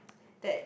that